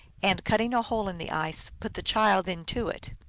and, cutting a hole in the ice, put the child into it.